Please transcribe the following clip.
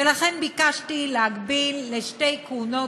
ולכן ביקשתי להגביל לשתי כהונות,